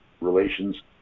relations